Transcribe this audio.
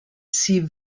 sie